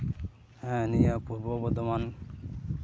ᱦᱮᱸ ᱱᱤᱭᱟᱹ ᱯᱩᱨᱵᱚ ᱵᱚᱨᱫᱷᱚᱢᱟᱱ